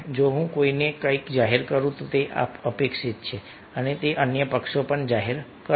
જો હું કોઈને કંઈક જાહેર કરું તો તે અપેક્ષિત છે કે અન્ય પક્ષો પણ જાહેર કરે